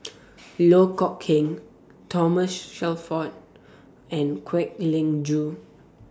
Loh Kok Heng Thomas Shelford and Kwek Leng Joo